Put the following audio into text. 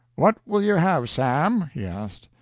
what will you have, sam? he asked.